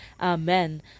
Amen